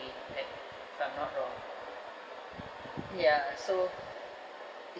like if I'm not wrong ya so